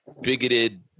bigoted